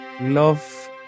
Love